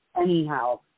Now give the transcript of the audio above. Anyhow